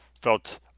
felt